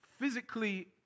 physically